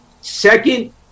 Second